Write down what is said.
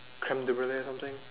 creme brulee or something